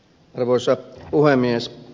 arvoisa puhemies